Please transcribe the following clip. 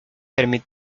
prevenir